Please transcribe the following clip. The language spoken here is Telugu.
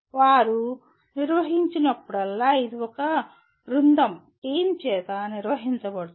వారు నిర్వహించినప్పుడల్లా ఇది ఒక బృందంటీమ్ చేత నిర్వహించబడుతుంది